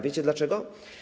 Wiecie dlaczego?